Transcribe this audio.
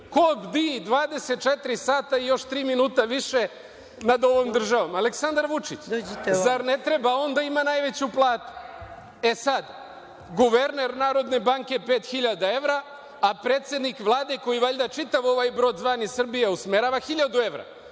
ko bdi 24 sata i još tri minuta više nad ovom državom, Aleksandar Vučić. Zar ne treba on da ima najveću platu?E, sada, guverner Narodne banke pet hiljada evra, a predsednik Vlade koji, valjda čitav ovaj broj zvani Srbija usmerava, hiljadu evra.